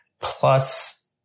plus